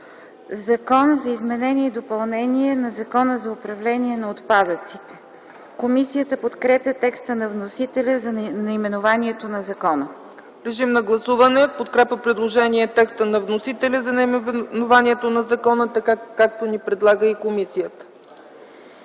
„Закон за изменение и допълнение на Закона за управление на отпадъците.” Комисията подкрепя текста на вносителя за наименованието на закона. ПРЕДСЕДАТЕЛ ЦЕЦКА ЦАЧЕВА: Режим на гласуване в подкрепа текста на вносителя за наименованието на закона така, както ни предлага и комисията.